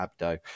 Abdo